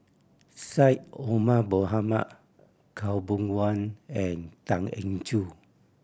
Syed Omar Mohamed Khaw Boon Wan and Tan Eng Joo